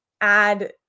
add